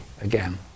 again